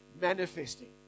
manifesting